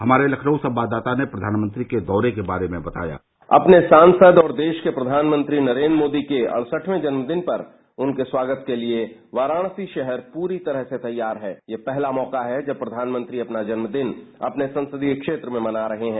हमारे लखनऊ संवाददाता ने प्रधानमंत्री के दौरे के बारे में बतायाः अपने सांसद और देश के प्रधानमंत्री नरेन्द्र मोदी के अड़सतवें जन्म दिन पर उनके स्वागत के लिए वाराणसी शहर प्ररी तरह तैयार हैं यह पहला मौका है जब प्रधानमंत्री अपना जन्मदिन अपने संसदीय क्षेत्र में मना रहे हैं